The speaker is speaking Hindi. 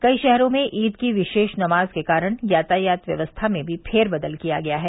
कई शहरों में ईद की विशेष नमाज के कारण यातायात व्यवस्था में भी फेरबदल किया गया है